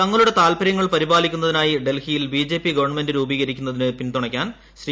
തങ്ങളുടെ താൽപ്പര്യങ്ങൾ പരിപാലിക്കുന്നതിനായി ഡൽഹിയിൽ ബിജെപി ഗവൺമെന്റ് രൂപീകരിക്കുന്നതിന് പിന്തുണയ്ക്കാൻ ശ്രീ